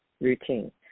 routine